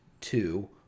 two